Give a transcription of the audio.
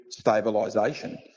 stabilisation